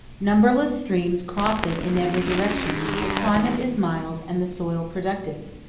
numberless streams cross it in every direction the climate is mild, and the soil productive,